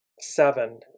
seven